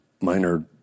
minor